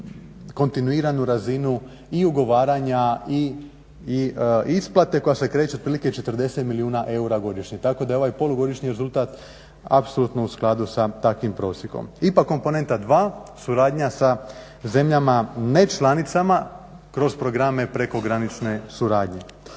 kontinuiranu razinu i ugovaranja i isplate koja se kreće otprilike 40 milijuna eura godišnje. Tako da je ovaj polugodišnji rezultat apsolutno u skladu sa takvim prosjekom. IPA komponenta II, suradnja sa zemljama nečlanicama kroz programe prekogranične suradnje.